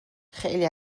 خیلی